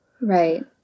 Right